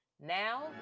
Now